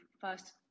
first